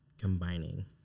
Combining